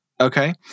okay